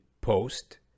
post